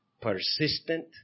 Persistent